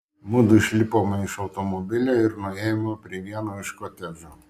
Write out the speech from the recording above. mudu išlipome iš automobilio ir nuėjome prie vieno iš kotedžų